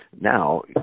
Now